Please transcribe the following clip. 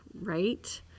right